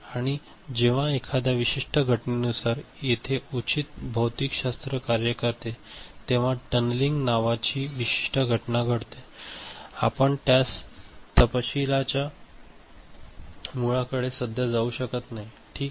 आणि जेव्हा एखाद्या विशिष्ट घटनेनुसार इथे उचित भौतिकशास्त्र कार्य करते तेव्हा टनलिंग नावाची विशिष्ट घटना घडते आपण त्या तपशिलाच्या मुळाकडे सध्या जाऊ शकत नाही ठीक आहे